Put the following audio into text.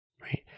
right